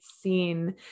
seen